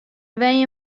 wenje